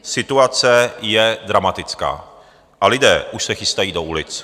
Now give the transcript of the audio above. Situace je dramatická a lidé už se chystají do ulic.